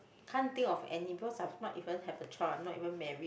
can't think of any because I've not even have a child I'm not even married